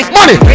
Money